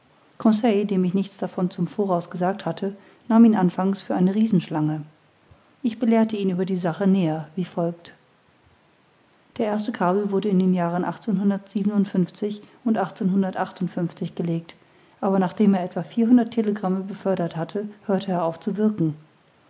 ich nichts davon zum voraus gesagt hatte nahm ihn anfangs für eine riesenschlange ich belehrte ihn über die sache näher wie folgt der erste kabel wurde in den jahren und gelegt aber nachdem er etwa vierhundert telegramme befördert hatte hörte er auf zu wirken